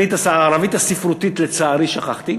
אני את הערבית הספרותית לצערי שכחתי.